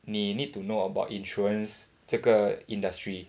you need to know about insurance 这个 industry